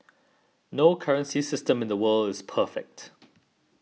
no currency system in the world is perfect